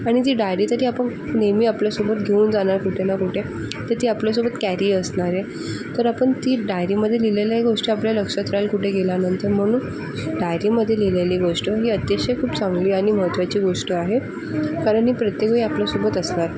आणि जी डायरी जरी आपण नेहमी आपल्यासोबत घेऊन जाणार कुठे ना कुठे तर ती आपल्यासोबत कॅरी असणार आहे तर आपण ती डायरीमध्ये लिहिलेल्या गोष्टी आपल्याला लक्षात राहील कुठे गेल्यानंतर म्हणून डायरीमध्ये लिहिलेली गोष्ट ही अतिशय खूप चांगली आणि महत्वाची गोष्ट आहे कारण ही प्रत्येकवेळी आपल्यासोबत असणार